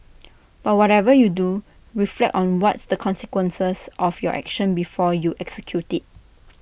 but whatever you do reflect on what's the consequences of your action before you execute IT